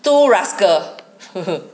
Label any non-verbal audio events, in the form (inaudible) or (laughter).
two rascal (laughs)